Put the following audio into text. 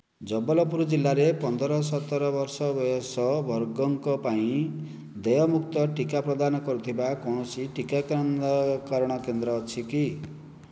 ଜବଲପୁର ଜିଲ୍ଲାରେ ପନ୍ଦର ସତର ବର୍ଷ ବୟସ ବର୍ଗଙ୍କ ପାଇଁ ଦେୟମୁକ୍ତ ଟିକା ପ୍ରଦାନ କରୁଥିବା କୌଣସି ଟିକାକରଣ କେନ୍ଦ୍ର ଅଛି କି